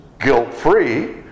guilt-free